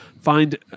find